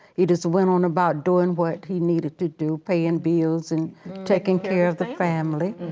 he just went on about doing what he needed to do, paying bills and taking care of the family,